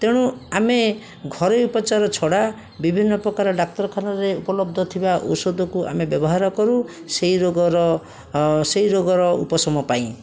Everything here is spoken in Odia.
ତେଣୁ ଆମେ ଘରୋଇ ଉପଚାର ଛଡ଼ା ବିଭିନ୍ନ ପ୍ରକାର ଡାକ୍ତରଖାନାରେ ଉପଲବ୍ଧ ଥିବା ଔଷଧକୁ ଆମେ ବ୍ୟବହାର କରୁ ସହି ରୋଗର ସେହି ରୋଗର ଉପଶମ ପାଇଁ